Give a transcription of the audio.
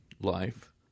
life